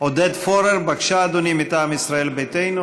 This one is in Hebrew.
עודד פורר, בבקשה, אדוני, מטעם ישראל ביתנו.